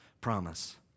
promise